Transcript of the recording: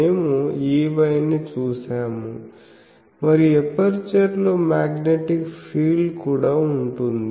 మేము Ey ని చూశాము మరియు ఎపర్చరులో మాగ్నెటిక్ ఫీల్డ్ కూడా ఉంటుంది